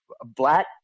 Black